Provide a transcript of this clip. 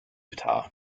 utah